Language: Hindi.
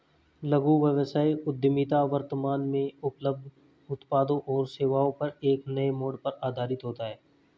लघु व्यवसाय उद्यमिता वर्तमान में उपलब्ध उत्पादों और सेवाओं पर एक नए मोड़ पर आधारित होता है